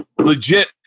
legit